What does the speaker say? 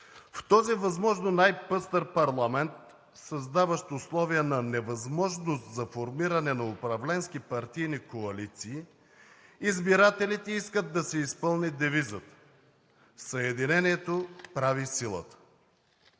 В този възможно най-пъстър парламент, създаващ условия за невъзможност за формирането на управленски партийни коалиции, избирателите искат да се изпълни девизът „Съединението прави силата“.